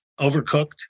Overcooked